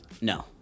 No